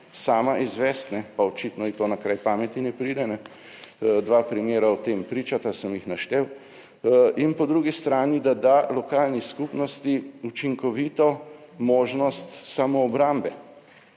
sama izvesti, pa očitno ji to na kraj pameti ne pride. Dva primera o tem pričata, sem jih naštel. In po drugi strani, da da lokalni skupnosti učinkovito možnost samoobrambe,